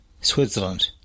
Switzerland